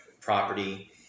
property